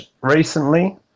recently